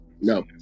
No